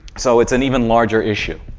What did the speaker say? so, it's an even larger issue.